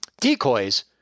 decoys